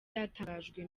yatangajwe